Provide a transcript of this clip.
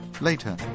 Later